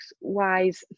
wise